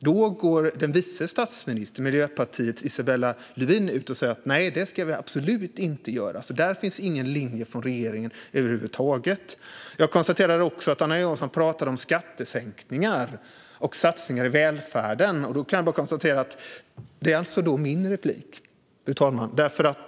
Då gick vice statsministern, Miljöpartiets Isabella Lövin, ut och sa: Nej, det ska vi absolut inte göra. Där finns alltså ingen linje från regeringen över huvud taget. Anna Johansson pratar också om skattesänkningar och satsningar i välfärden. Då kan jag konstatera att det alltså är min replik, fru talman.